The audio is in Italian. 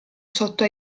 sotto